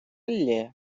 ллє